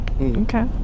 Okay